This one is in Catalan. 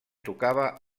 tocava